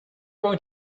going